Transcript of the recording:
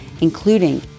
including